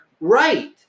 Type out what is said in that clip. right